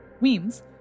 Weems